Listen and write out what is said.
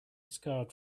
scarred